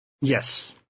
Yes